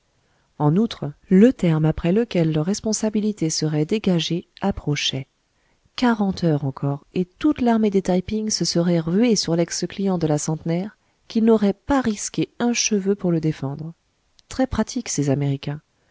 en outre le terme après lequel leur responsabilité serait dégagée approchait quarante heures encore et toute l'armée des taï ping se serait ruée sur lex client de la centenaire qu'ils n'auraient pas risqué un cheveu pour le défendre très pratiques ces américains